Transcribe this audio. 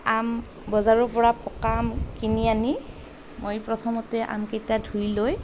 আম বজাৰৰ পৰা পকা আম কিনি আনি মই প্ৰথমতে আমকেইটা ধুই লৈ